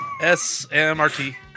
S-M-R-T